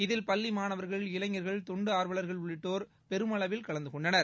இதில் பள்ளி மாணவர்கள் இளைஞர்கள் தொண்டு ஆர்வவர்கள் உள்ளிட்டோர் பெருமளவில் கலந்து கொண்டனர்